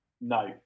No